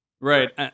Right